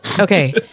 Okay